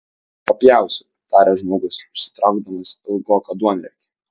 papjausiu tarė žmogus išsitraukdamas ilgoką duonriekį